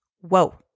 Whoa